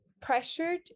pressured